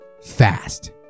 fast